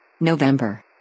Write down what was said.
November